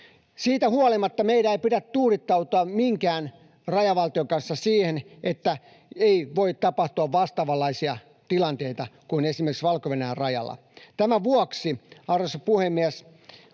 Siitä huolimatta meidän ei pidä tuudittautua minkään rajavaltion kanssa siihen, että ei voi tapahtua vastaavanlaisia tilanteita kuin esimerkiksi Valko-Venäjän rajalla. Tämän vuoksi, arvoisa puhemies,